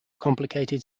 complicated